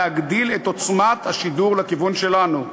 להגדיל את עוצמת השידור לכיוון שלנו.